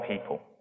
people